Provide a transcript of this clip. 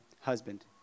husband